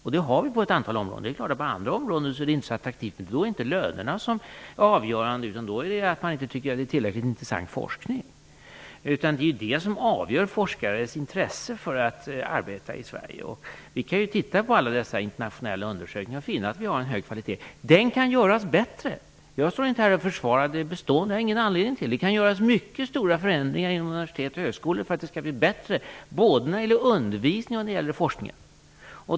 Vi har god kvalitet på ett antal områden. På andra områden är det kanske inte så attraktivt, men då är det inte lönerna som är avgörande, utan då är det så att man inte tycker att det är tillräckligt intressant forskning. Det är det som avgör forskares intresse för att arbeta i Sverige. Vi kan titta på alla internationella undersökningar och finna att vi har en hög kvalitet. Den kan bli bättre. Jag står inte här och försvarar det bestående, det har jag ingen anledning att göra. Det kan göras mycket stora förändringar inom universitet och högskolor för att det skall bli bättre både när det gäller undervisningen och när det gäller forskningen.